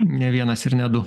ne vienas ir ne du